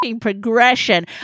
progression